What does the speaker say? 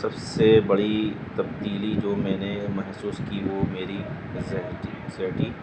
سب سے بڑی تبدیلی جو میں نے محسوس کی وہ میری ذہنی